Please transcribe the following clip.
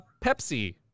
Pepsi